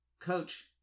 coach